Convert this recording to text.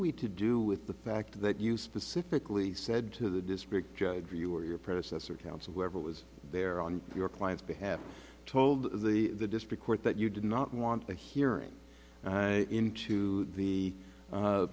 we to do with the fact that you specifically said to the district judge you or your predecessor counsel whoever was there on your client's behalf told the district court that you did not want a hearing into the